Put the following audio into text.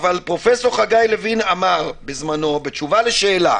אמר בתשובה לשאלה,